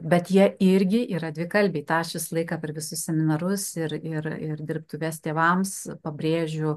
bet jie irgi yra dvikalbiai tą aš visą laiką per visus seminarus ir ir ir dirbtuves tėvams pabrėžiu